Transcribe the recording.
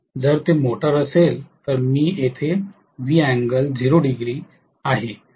जर ते मोटार असेल तर मी येथे आहे